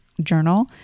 journal